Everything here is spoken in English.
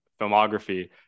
filmography